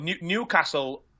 Newcastle